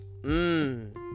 Mmm